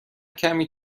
کمی